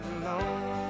alone